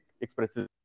expresses